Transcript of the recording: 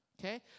Okay